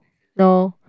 no